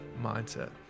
Mindset